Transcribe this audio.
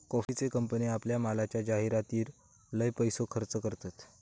कॉफीचे कंपने आपल्या मालाच्या जाहीरातीर लय पैसो खर्च करतत